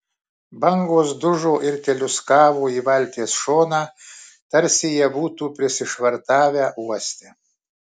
bangos dužo ir teliūskavo į valties šoną tarsi jie būtų prisišvartavę uoste